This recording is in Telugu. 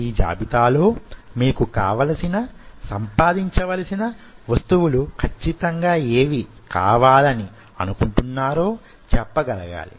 ఈ జాబితాలో మీకు కావలసిన సంపాదించవలసిన వస్తువులు ఖచ్చితంగా యేవి కావాలని అనుకుంటున్నారో చెప్ప గలగాలి